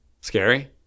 Scary